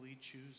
choose